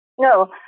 No